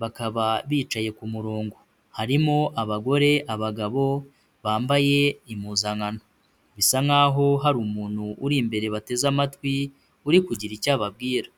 bakaba bicaye ku murongo. Harimo abagore, abagabo bambaye impuzankano bisa nkaho hari umuntu uri imbere bateze amatwi uri kugira icyo ababwira.